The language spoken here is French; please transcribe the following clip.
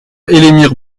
elémir